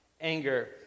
Anger